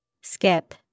Skip